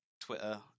Twitter